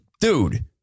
dude